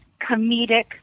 comedic